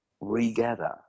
regather